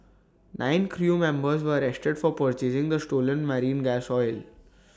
nine crew members were arrested for purchasing the stolen marine gas oil